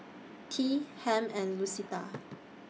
Tea Hamp and Lucetta